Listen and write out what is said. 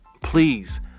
please